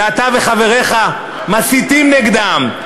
ואתה וחבריך מסיתים נגדם,